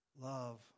love